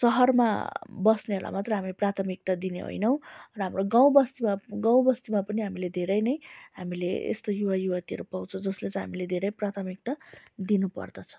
सहरमा बस्नेहरूलाई मात्र हामी प्राथमिकता दिने होइनौँ र हाम्रो गाउँबस्ती गाउँबस्तीमा पनि हामीले धेरै नै हामीले यस्तो युवा युवतीहरू पाउँछौ जसलाई चाहिँ हामीले धेरै प्राथमिकता दिनु पर्दछ